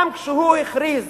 גם כשהוא הכריז